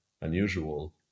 unusual